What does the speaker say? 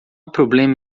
problema